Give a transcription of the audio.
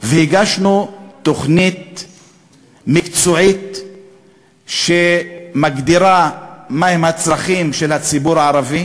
והגשנו תוכנית מקצועית שמגדירה את הצרכים של הציבור הערבי.